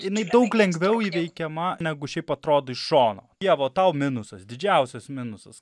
jinai daug lengviau įveikiama negu šiaip atrodo iš šono ieva tau minusas didžiausias minusas